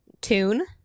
tune